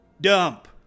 Dump